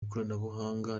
ikoranabuhanga